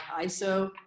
ISO